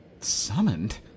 Summoned